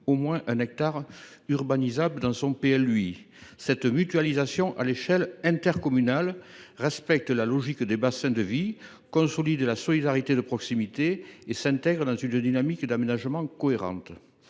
au moins un hectare urbanisable dans le PLUi. La mutualisation de cette garantie à l’échelle intercommunale respecte la logique des bassins de vie, consolide la solidarité de proximité et s’intègre dans une dynamique d’aménagement cohérente.